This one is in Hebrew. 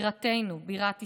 בירתנו, בירת ישראל,